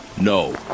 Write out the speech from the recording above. no